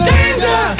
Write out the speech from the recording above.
Danger